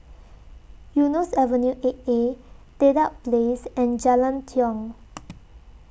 Eunos Avenue eight A Dedap Place and Jalan Tiong